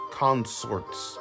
consorts